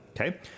Okay